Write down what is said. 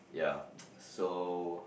yeah so